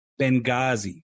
Benghazi